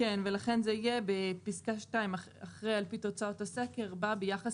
לכן זה יהיה בפסקה (2): "אחרי "על פי תוצאות הסקר" בא "ביחס